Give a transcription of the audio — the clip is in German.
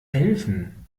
helfen